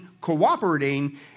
cooperating